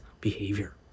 behavior